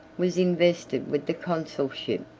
was invested with the consulship.